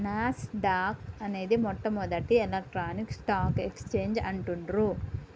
నాస్ dock అనేది మొట్టమొదటి electronic stock exchange అంటుండ్రు